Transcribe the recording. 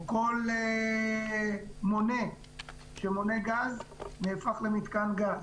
או כל מונה שמונה גז, נהפך למיתקן גז.